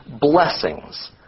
blessings